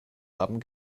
haben